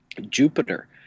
jupiter